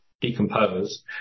decompose